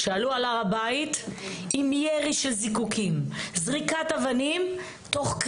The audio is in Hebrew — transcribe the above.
הם עלו על הר הבית עם ירי של זיקוקים וזריקת אבנים תוך שהם